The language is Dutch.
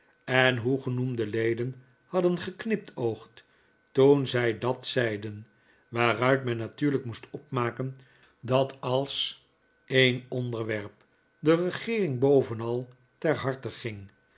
en hoe genoemde leden hadden geknipoogd toen zij dat ze'iden waaruit men natuurlijk moest opmaken dat als een onderwerp de regeering bovenal ter harte gihg